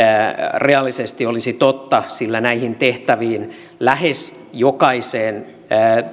reaalisesti olisi totta sillä näihin tehtäviin lähes jokaiseen